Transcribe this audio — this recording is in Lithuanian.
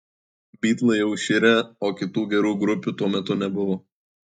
bitlai jau iširę o kitų gerų grupių tuo metu nebuvo